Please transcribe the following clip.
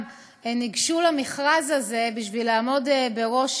ניגשו למכרז בשביל לעמוד בראש